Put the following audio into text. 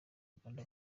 uganda